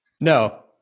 No